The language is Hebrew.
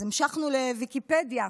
אז המשכנו לוויקיפדיה,